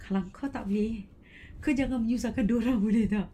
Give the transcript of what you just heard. korang kau tak boleh kau jangan menyusahkan dia orang boleh tak